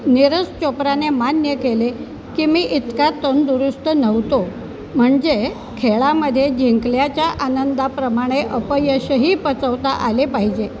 नीरज चोप्राने मान्य केले की मी इतका तंदुरुस्त नव्हतो म्हणजे खेळामध्ये जिंकल्याच्या आनंदाप्रमाणे अपयशही पचवता आले पाहिजे